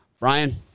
Ryan